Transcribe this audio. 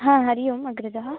ह हरिः ओम् अग्रज